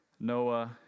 Noah